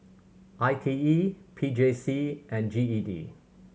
I T E P J C and G E D